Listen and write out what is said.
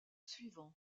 suivant